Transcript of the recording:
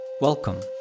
Welcome